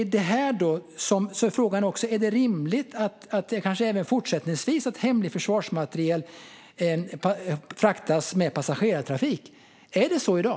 Frågan är också: Är det rimligt att det kanske även fortsättningsvis fraktas hemlig försvarsmateriel med passagerartrafik? Är det så i dag?